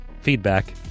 feedback